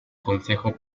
consejo